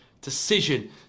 decision